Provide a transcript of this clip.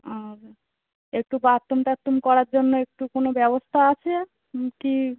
আর একটু বাথরুম টাথরুম করার জন্য একটু কোনো ব্যবস্থা আছে কী